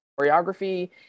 choreography